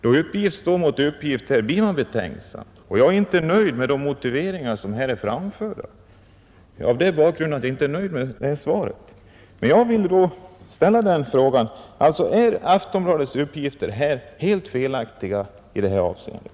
Då uppgift står mot uppgift blir man betänksam, och jag är inte nöjd med de motiveringar som här är framförda. Det är bakgrunden till mitt uttalande, att jag inte är nöjd med svaret. Jag vill därför ställa frågan: Är Aftonbladets uppgifter helt felaktiga i det här avseendet?